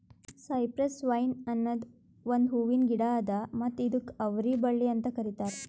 cypress vine ಅನದ್ ಒಂದು ಹೂವಿನ ಗಿಡ ಅದಾ ಮತ್ತ ಇದುಕ್ ಅವರಿ ಬಳ್ಳಿ ಅಂತ್ ಕರಿತಾರ್